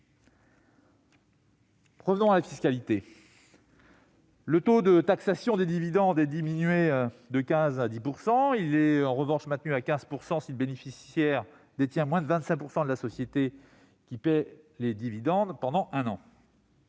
Revenons-en à la fiscalité. Le taux de taxation des dividendes est réduit de 15 % à 10 %. Il est en revanche maintenu à 15 % si le bénéficiaire détient moins de 25 % de la société qui paie les dividendes pendant un an.